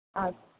ஆ